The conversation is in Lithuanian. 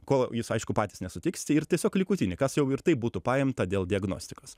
kol jūs aišku patys nesutiksite ir tiesiog likutinį kas jau ir taip būtų paimta dėl diagnostikos